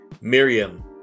Miriam